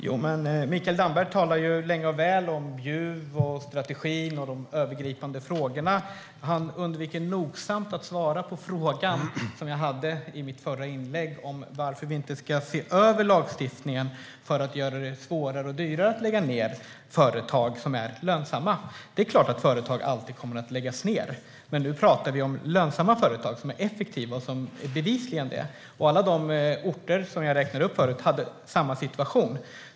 Herr talman! Mikael Damberg talar länge och väl om Bjuv, strategin och de övergripande frågorna. Han undviker nogsamt att svara på frågan i mitt förra inlägg om varför vi inte ska se över lagstiftningen för att göra det svårare och dyrare att lägga ned företag som är lönsamma. Det är klart att företag alltid kommer att läggas ned, men nu pratar vi om företag som bevisligen är effektiva och lönsamma. Alla de orter som jag räknade upp förut hade samma situation.